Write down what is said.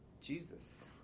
Jesus